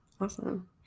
Awesome